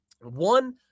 One